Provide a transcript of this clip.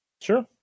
Sure